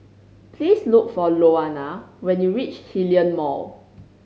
please look for Louanna when you reach Hillion Mall